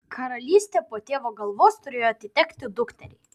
karalystė po tėvo galvos turėjo atitekti dukteriai